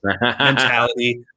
mentality